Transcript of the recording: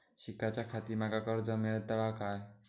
शिकाच्याखाती माका कर्ज मेलतळा काय?